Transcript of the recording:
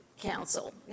Council